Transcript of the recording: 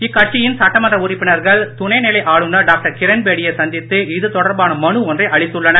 இக்கட்சியின் சட்டமன்ற உறுப்பினர்கள் துணை நிலை ஆளுநர் டாக்டர் கிரண்பேடியை சந்தித்து இதுதொடர்பான மனு ஒன்றை அளித்துள்ளனர்